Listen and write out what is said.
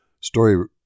Story